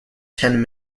ten